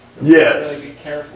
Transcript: yes